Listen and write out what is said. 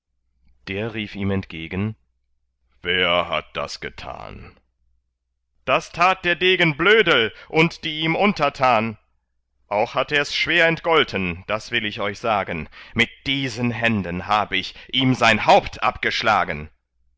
der rief ihm hin entgegen wer hat das getan das tat der degen blödel und die ihm untertan auch hat ers schwer entgolten das will ich euch sagen mit diesen händen hab ich ihm sein haupt abgeschlagen